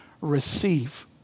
receive